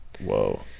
Whoa